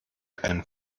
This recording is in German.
einen